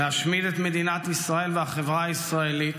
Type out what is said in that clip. להשמיד את מדינת ישראל והחברה הישראלית